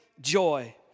joy